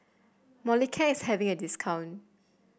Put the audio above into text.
molicare is having a discount